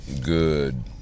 Good